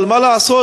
אבל מה לעשות,